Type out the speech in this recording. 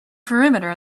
perimeter